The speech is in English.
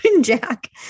Jack